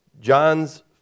John's